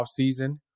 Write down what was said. offseason